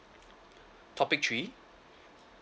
topic three